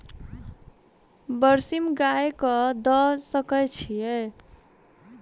बरसीम गाय कऽ दऽ सकय छीयै?